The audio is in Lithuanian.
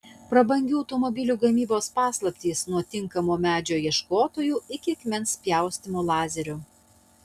prabangių automobilių gamybos paslaptys nuo tinkamo medžio ieškotojų iki akmens pjaustymo lazeriu